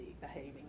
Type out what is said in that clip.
behaving